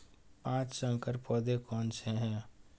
पाँच संकर पौधे कौन से हैं?